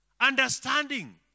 Understanding